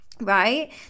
right